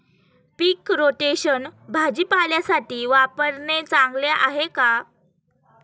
पीक rotation भाजीपाल्यासाठी वापरणे चांगले आहे का?